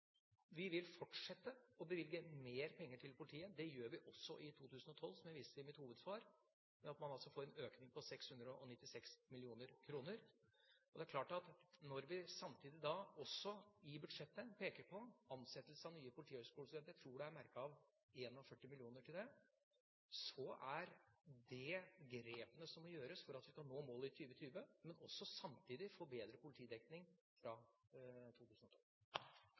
Vi vil fortsette med å bevilge mer penger til politiet. Det gjør vi også for 2012, som jeg viste til i mitt hovedsvar, ved at man får en økning på 696 mill. kr. Når vi samtidig i budsjettet peker på ansettelse av nye politihøgskolestudenter – jeg tror det er merket av 41 mill. kr til det – er det grep som gjøres for at vi skal nå målet i 2020, og samtidig også få bedre politidekning fra 2012.